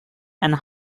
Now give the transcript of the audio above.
and